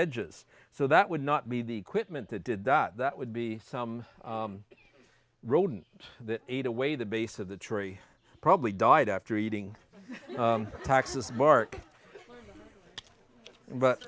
edges so that would not be the equipment that did that that would be some rodent that ate away the base of the tree probably died after eating cactus bark but